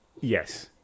Yes